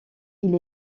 elle